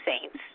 saints